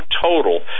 total